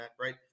right